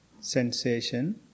sensation